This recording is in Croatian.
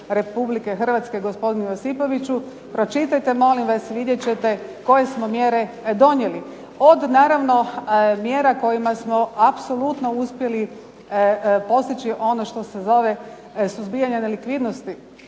Republike Hrvatske gospodinu Josipoviću, pročitajte molim vas, vidjet ćete koje smo mjere donijeli. Od naravno mjera kojima smo apsolutno uspjeli postići ono što se zove suzbijanje nelikvidnosti